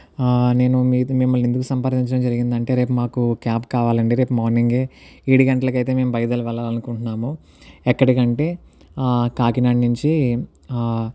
నేను మీ మిమ్మల్ని ఎందుకో సంప్రదించడం జరిగింది అంటే రేపు మాకు క్యాబ్ కావాలి అండి రేపు మార్నింగే ఏడు గంటలకి అయితే మేము బయలుదేరి వెళ్ళాలని అనుకుంటున్నాము ఎక్కడికి అంటే కాకినాడ నుంచి